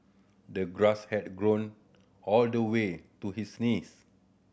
the grass had grown all the way to his knees